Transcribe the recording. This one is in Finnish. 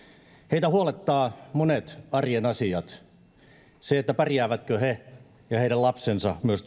heitä huolettaa monet arjen asiat se pärjäävätkö he ja heidän lapsensa myös